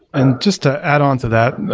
and just to add on to that.